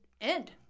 end